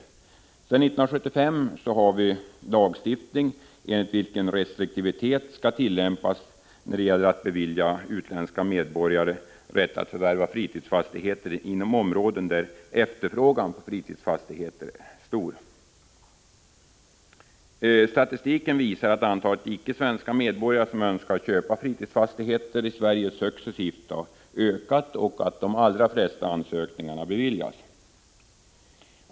Sedan 1975 har vi en lagstiftning enligt vilken restriktivitet skall tillämpas när det gäller att bevilja utländska medborgare rätt att förvärva fritidsfastigheter inom områden där efterfrågan på fritidsfastigheter är stor. Statistiken visar att antalet icke svenska medborgare, som önskar köpa fritidsfastigheter i Sverige, successivt har ökat och att de allra flesta ansökningarna beviljas.